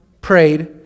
prayed